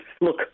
Look